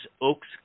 Oaks